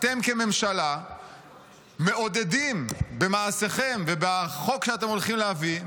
אתם כממשלה מעודדים במעשיכם ובחוק שאתם הולכים להביא,